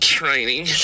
training